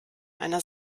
einer